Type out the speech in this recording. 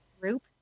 group